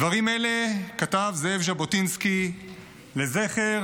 דברים אלה כתב זאב ז'בוטינסקי לזכר